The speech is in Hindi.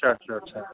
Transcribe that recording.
अच्छा अच्छा अच्छा